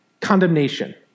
Condemnation